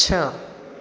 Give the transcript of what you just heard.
छह